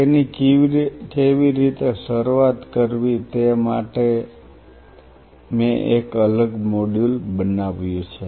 તેની કેવી રીતે શરૂઆત કરવી તે માટે મેં એક અલગ મોડ્યુલ બનાવ્યું છે